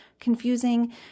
confusing